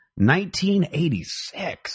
1986